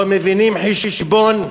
לא מבינים חשבון,